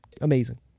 amazing